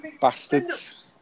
Bastards